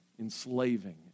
enslaving